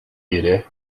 iré